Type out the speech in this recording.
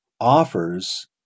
offers